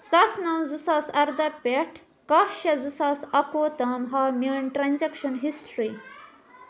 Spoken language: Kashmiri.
سَتھ نَو زٕ ساس اَرداہ پٮ۪ٹھٕ کَہہ شےٚ زٕ ساس اَکہٕ وُہ تام ہاو میٛٲنۍ ٹرٛانزٮ۪کشَن ہِسٹِرٛی